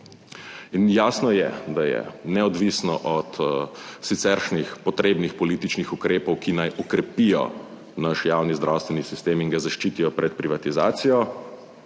In jasno je, da je neodvisno od siceršnjih potrebnih političnih ukrepov, ki naj okrepijo naš javni zdravstveni sistem in ga zaščitijo pred privatizacijo,